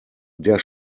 der